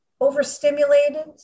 overstimulated